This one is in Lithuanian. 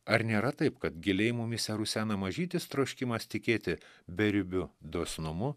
ar nėra taip kad giliai mumyse rusena mažytis troškimas tikėti beribiu dosnumu